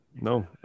no